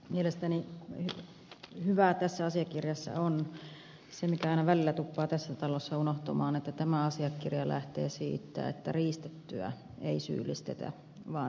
mielestäni hyvää tässä asiakirjassa on se mikä aina välillä tuppaa tässä talossa unohtumaan että tämä asiakirja lähtee siitä että riistettyä ei syyllistetä vaan riistäjää